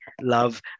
love